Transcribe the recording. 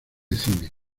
cine